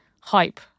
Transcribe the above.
hype